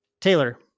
Taylor